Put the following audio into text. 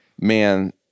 man